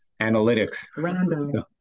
analytics